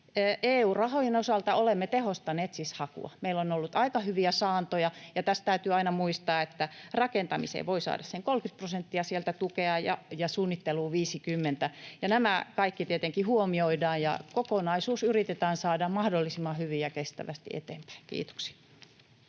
EU-rahojen osalta olemme tehostaneet siis hakua. Meillä on ollut aika hyviä saantoja, ja tässä täytyy aina muistaa, että rakentamiseen voi saada sen 30 prosenttia sieltä tukea ja suunnitteluun 50. Nämä kaikki tietenkin huomioidaan, ja kokonaisuus yritetään saada mahdollisimman hyvin ja kestävästi eteenpäin. — Kiitoksia.